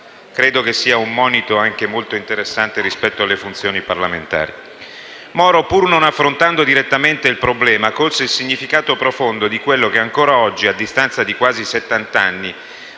Credo che sia un monito anche molto interessante rispetto alle funzioni parlamentari. Moro, pur non affrontando direttamente il problema, colse il significato profondo di quella che, ancora oggi, a distanza di quasi